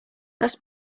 that’s